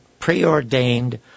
preordained